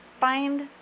find